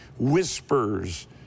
whispers